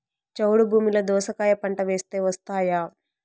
చౌడు భూమిలో దోస కాయ పంట వేస్తే వస్తాయా?